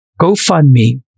GoFundMe